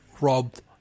robbed